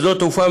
שדות תעופה,